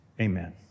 Amen